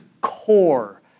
core